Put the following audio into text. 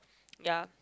ya